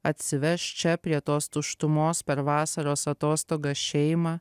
atsiveš čia prie tos tuštumos per vasaros atostogas šeimą